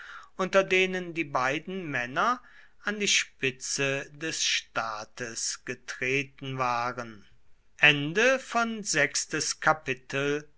unter denen die beiden männer an die spitze des staates getreten waren